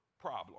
problem